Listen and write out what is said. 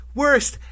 worst